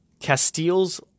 Castiles